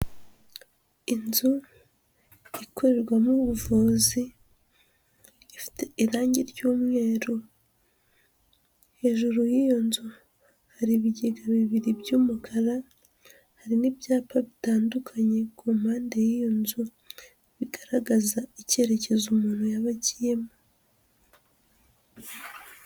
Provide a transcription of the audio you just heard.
Inzu ikorerwamo ubuvuzi, ifite irangi ry'umweru, hejuru y'iyo nzu, hari ibigega bibiri by'umukara, hari n'ibyapa bitandukanye ku mpande y'iyo nzu, bigaragaza icyerekezo umuntu yaba agiyemo.